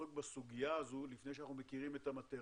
לעסוק בסוגיה הזו לפני שאנחנו מכירים את המאטריה.